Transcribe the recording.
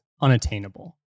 unattainable